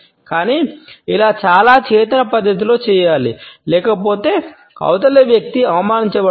కానీ ఇది చాలా చేతన పద్ధతిలో చేయాలి లేకపోతే అవతలి వ్యక్తి అవమానించబడవచ్చు